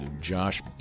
Josh